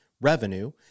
revenue